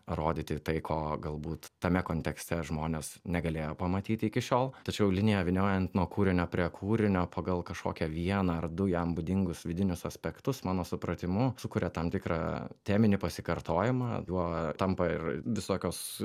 rodyti tai ko galbūt tame kontekste žmonės negalėjo pamatyti iki šiol tačiau linija vyniojant nuo kūrinio prie kūrinio pagal kažkokią vieną ar du jam būdingus vidinius aspektus mano supratimu sukuria tam tikrą teminį pasikartojimą juo tampa ir visokios